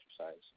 exercise